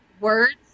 words